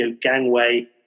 gangway